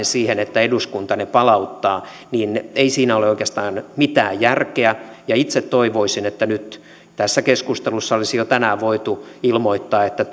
siihen että eduskunta ne palauttaa ei ole oikeastaan mitään järkeä itse toivoisin että nyt tässä keskustelussa olisi jo tänään voitu ilmoittaa että